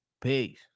Peace